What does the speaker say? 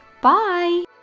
Bye